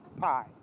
pie